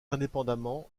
indépendamment